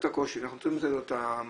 את הקושי ואנחנו נצטרך לתת לו את המענה.